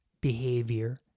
behavior